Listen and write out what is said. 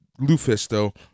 Lufisto